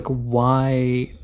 ah why